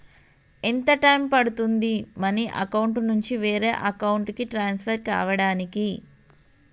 ఎంత టైం పడుతుంది money account నుంచి వేరే అకౌంట్ కి ట్రాన్స్ఫర్ కావటానికి?